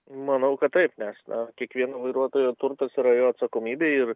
manau kad taip nes na kiekvieno vairuotojo turtas yra jo atsakomybė ir